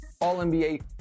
All-NBA